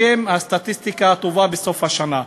בשם הסטטיסטיקה הטובה בסוף השנה.